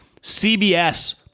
CBS